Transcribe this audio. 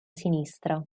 sinistra